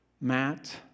Matt